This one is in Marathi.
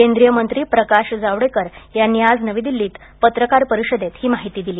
केंद्रीय मंत्री प्रकाश जावडेकर यांनी आज नवी दिल्लीत पत्रकार परिषदेत ही माहिती दिली